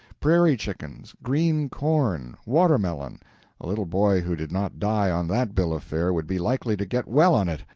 prairie-chickens, green corn, watermelon a little boy who did not die on that bill of fare would be likely to get well on it,